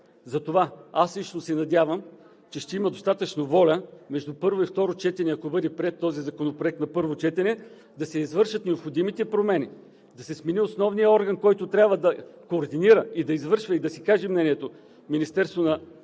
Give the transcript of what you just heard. Затова аз лично се надявам, че ще има достатъчно воля между първо и второ четене, ако бъде приет този законопроект на първо четене, да се извършат необходимите промени, да се смени основният орган, който трябва да координира, да извършва и да си каже мнението – Министерството на